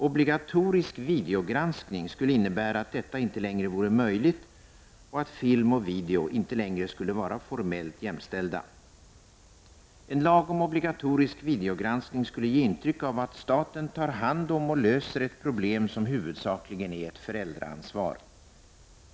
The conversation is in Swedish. Obligatorisk videogranskning skulle innebära att detta inte längre vore möjligt och att film och video inte längre skulle vara formellt jämställda. En lag om obligatorisk videogranskning skulle ge intryck av att staten tar hand om och löser ett problem som huvudsakligen är ett föräldraansvar.